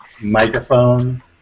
Microphone